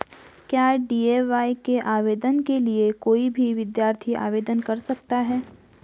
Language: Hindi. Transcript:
क्या डी.ए.वाय के आवेदन के लिए कोई भी विद्यार्थी आवेदन कर सकता है?